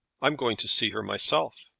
i'm going to see her myself.